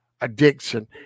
addiction